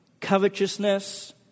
covetousness